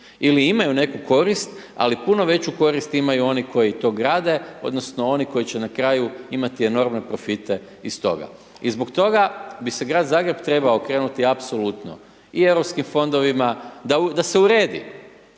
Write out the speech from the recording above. ili imaju neku korist, ali puno veću koristi imaju oni koji to grade odnosno oni koji će na kraju imati enormne profite iz toga. I zbog toga bi se Grad Zagreb trebao okrenuti apsolutno i Europskim fondovima, da se uredi